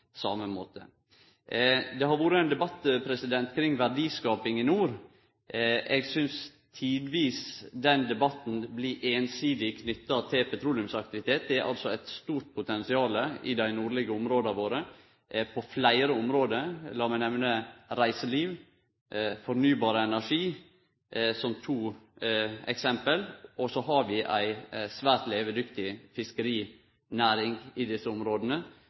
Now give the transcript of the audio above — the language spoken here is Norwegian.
same måten. Det har vore ein debatt kring verdiskaping i nord. Eg synest tidvis den debatten blir einsidig knytt til petroleumsaktivitet. Det er altså eit stort potensial i dei nordlege områda våre på fleire område. Lat meg nemne reiseliv og fornybar energi som to eksempel. Så har vi ei svært levedyktig fiskerinæring i desse områda